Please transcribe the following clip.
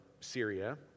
Syria